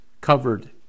covered